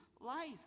life